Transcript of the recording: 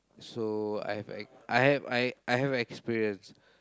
so I have ex~ I have I I have experience